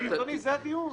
זה דיון --- זה הדיון.